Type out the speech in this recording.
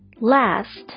Last